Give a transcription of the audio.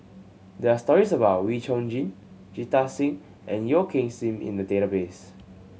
there are stories about Wee Chong Jin Jita Singh and Yeo Kim Seng in the database